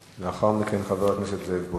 ואחריו, חבר הכנסת זאב בוים.